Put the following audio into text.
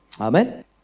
Amen